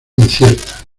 incierta